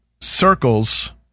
circles